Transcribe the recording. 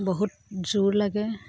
বহুত জোৰ লাগে